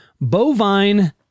bovine